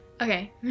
Okay